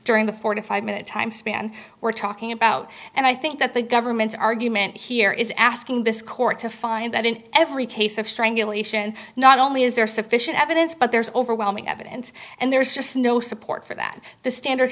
during the forty five minute time span we're talking about and i think that the government's argument here is asking this court to find that in every case of strangulation not only is there sufficient evidence but there's overwhelming evidence and there's just no support for that the standard